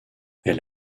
elle